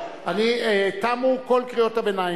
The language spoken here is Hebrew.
זאת מחאה נגד מדיניות